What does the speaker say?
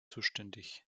zuständig